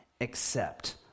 accept